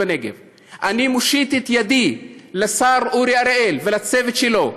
בנגב אני מושיט את ידי לשר אורי אריאל ולצוות שלו,